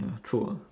ya true ah